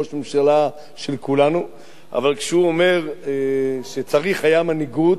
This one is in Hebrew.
ראש הממשלה של כולנו; אבל כשהוא אומר שצריך היה מנהיגות,